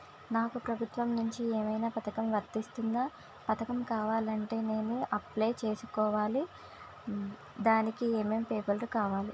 నాకు ప్రభుత్వం నుంచి ఏదైనా పథకం వర్తిస్తుందా? పథకం కావాలంటే ఎలా అప్లై చేసుకోవాలి? దానికి ఏమేం పేపర్లు కావాలి?